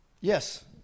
Yes